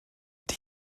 die